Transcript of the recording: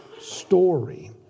story